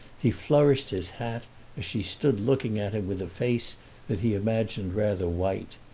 he flourished his hat as she stood looking at him with a face that he imagined rather white.